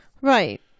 Right